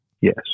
Yes